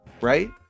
right